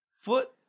Foot